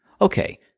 Okay